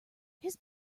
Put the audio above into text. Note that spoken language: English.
his